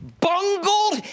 bungled